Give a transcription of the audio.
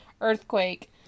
earthquake